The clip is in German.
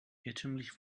irrtümlich